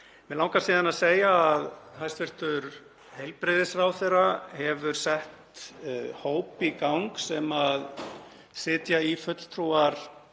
Mig langar síðan að segja að hæstv. heilbrigðisráðherra hefur sett hóp í gang sem í sitja fulltrúar